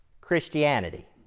Christianity